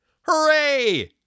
Hooray